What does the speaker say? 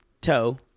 Toe